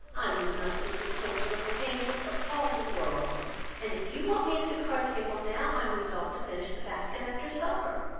i would not disappoint the little angel for all the world and if you want me at the card-table now, i am resolved to finish the basket after supper.